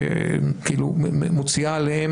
מוציאה עליהם,